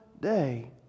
day